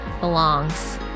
belongs